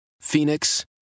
Phoenix